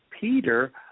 Peter